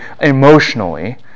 emotionally